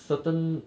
certain